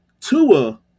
Tua